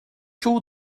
çoğu